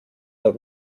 der